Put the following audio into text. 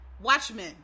Watchmen